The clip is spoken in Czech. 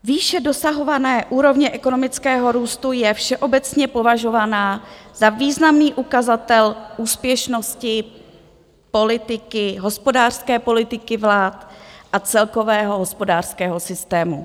Výše dosahované úrovně ekonomického růstu je všeobecně považovaná za významný ukazatel úspěšnosti hospodářské politiky vlád a celkového hospodářského systému.